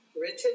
written